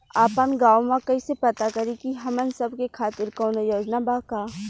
आपन गाँव म कइसे पता करि की हमन सब के खातिर कौनो योजना बा का?